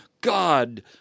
God